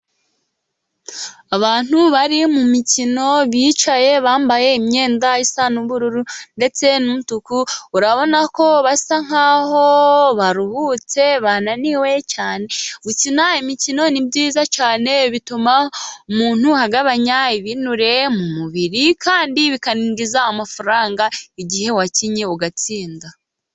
Abantu bari mu mikino bicaye, bambaye imyenda isa n'ubururu ndetse n'umutuku. Urabona ko basa nkaho baruhutse bananiwe cyane, gukina imikino ni byiza cyane bituma umuntu agabanya ibinure mu mubiri kandi bikinjiza amafaranga igihe wakinnye ugatsinda.